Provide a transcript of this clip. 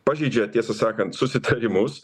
pažeidžia tiesą sakant susitarimus